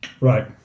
Right